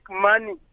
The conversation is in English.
money